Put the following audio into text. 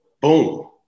Boom